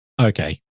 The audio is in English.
Okay